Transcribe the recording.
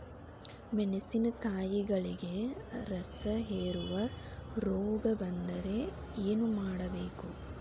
ಮೆಣಸಿನಕಾಯಿಗಳಿಗೆ ರಸಹೇರುವ ರೋಗ ಬಂದರೆ ಏನು ಮಾಡಬೇಕು?